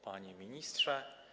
Panie Ministrze!